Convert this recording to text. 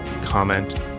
comment